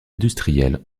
industriel